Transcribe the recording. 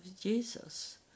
Jesus